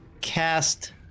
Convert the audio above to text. cast